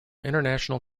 international